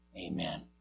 Amen